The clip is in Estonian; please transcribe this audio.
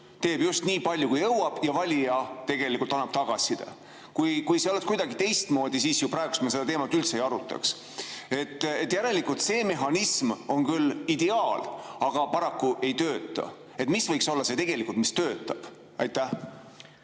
teeb just nii palju, kui jõuab, ja valija tegelikult annab tagasiside. Kui see oleks kuidagi teistmoodi, siis me praegu seda teemat üldse ei arutaks. Järelikult see mehhanism on küll ideaal, aga paraku see ei tööta. Mis võiks olla see, mis tegelikult töötab? Aitäh!